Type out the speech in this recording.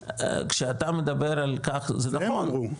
אבל כשאתה מדבר על כך -- הם אמרו.